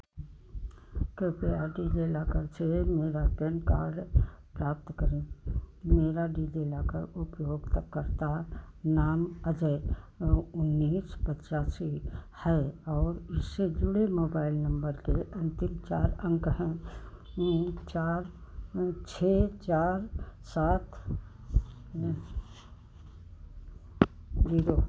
कृपया डिजिलॉकर से मेरा पैन कार्ड प्राप्त करें मेरा डिजिलॉकर उपयोगकर्ता नाम अजय उन्नीस पचासी है और इससे जुड़े मोबाइल नंबर के अंतिम चार अंक हैं चार छः चार सात दो